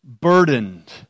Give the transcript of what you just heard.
burdened